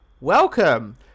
Welcome